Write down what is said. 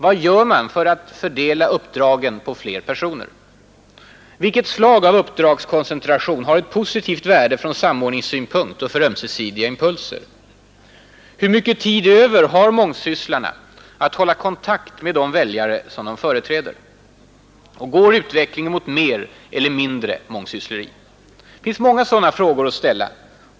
Vad gör man för att fördela uppdragen på fler personer? Vilket slag av uppdragskoncentration har ett positivt värde från samordningssynpunkt och för ömsesidiga impulser? Hur mycket tid över har mångsysslarna för att hålla kontakt med de väljare som de företräder? Går utvecklingen mot mer eller mindre mångsyssleri? Det finns många sådana frågor att ställa.